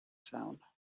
sound